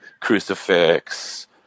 crucifix